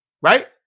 Right